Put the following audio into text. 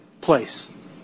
place